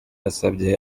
yasabye